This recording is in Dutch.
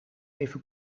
even